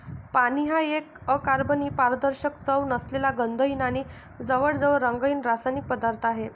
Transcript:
पाणी हा एक अकार्बनी, पारदर्शक, चव नसलेला, गंधहीन आणि जवळजवळ रंगहीन रासायनिक पदार्थ आहे